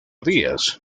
díaz